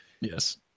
Yes